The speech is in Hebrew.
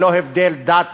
ללא הבדל דת,